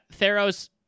Theros